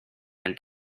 and